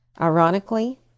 Ironically